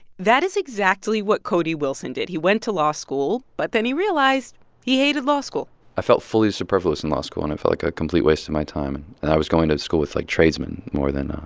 that is exactly what cody wilson did. he went to law school. but then he realized he hated law school i felt fully superfluous in law school, and and it felt like a complete waste of my time. and and i was going to school with, like, tradesmen more than, um